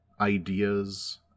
ideas